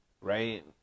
right